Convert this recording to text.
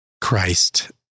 Christ